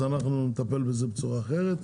אנחנו נטפל בזה בצורה אחרת.